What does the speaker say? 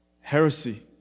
heresy